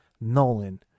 Nolan